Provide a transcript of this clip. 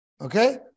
Okay